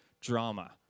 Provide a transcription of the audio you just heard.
drama